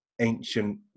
ancient